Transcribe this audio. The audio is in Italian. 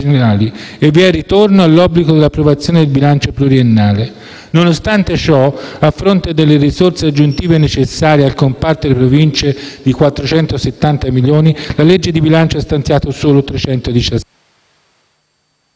e vi è il ritorno all'obbligo di approvazione del bilancio pluriennale. Nonostante ciò, a fronte delle risorse aggiuntive necessarie al comparto delle Province di 470 milioni, la legge di bilancio ha stanziato solo 317 milioni.